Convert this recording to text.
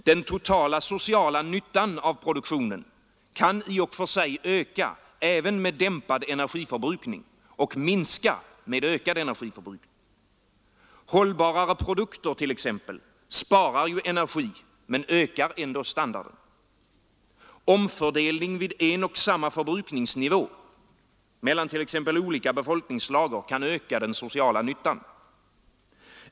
Den totala sociala nyttan av produktionen kan i och för sig öka med dämpad energiförbrukning och minska med ökad energiförbrukning. Hållbarare produkter t.ex. sparar ju energi men ökar ändå standarden. Omfördelning vid en och samma förbrukningsnivå mellan olika befolkningslager kan öka den sociala nyttan.